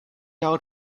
out